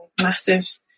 massive